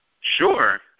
Sure